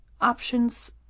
options